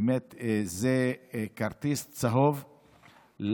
זה באמת כרטיס צהוב לחוקרים,